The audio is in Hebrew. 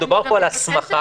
מדובר פה על הסמכה,